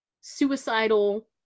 suicidal